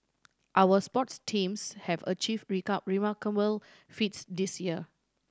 our sports teams have achieved remarkable feats this year